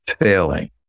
failing